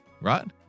right